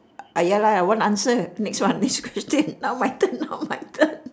ah ya lah I want answer next one next question now my turn now my turn now